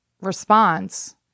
response